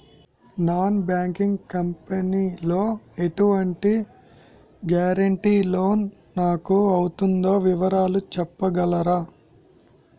Non banking company లో ఎటువంటి guarantee loan నాకు అవుతుందో వివరాలు చెప్పగలరా?